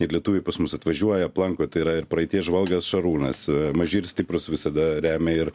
ir lietuviai pas mus atvažiuoja aplanko tai yra ir praeities žvalgas šarūnas maži ir stiprūs visada remia ir